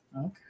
Okay